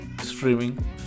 streaming